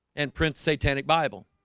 and prince satanic bible